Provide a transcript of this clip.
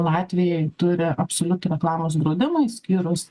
latviai turi absoliutų reklamos draudimą išskyrus